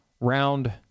round